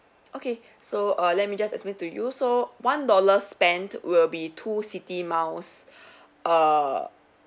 okay so err let me just explain to you so one dollar spent will be two citi miles err